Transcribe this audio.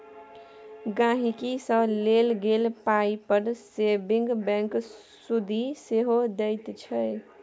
गांहिकी सँ लेल गेल पाइ पर सेबिंग बैंक सुदि सेहो दैत छै